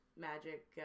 magic